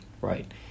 right